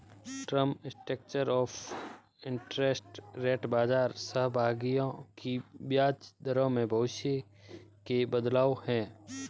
term structure of interest rate बाजार सहभागियों की ब्याज दरों में भविष्य के बदलाव है